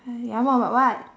爱 ya more about what